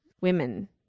Women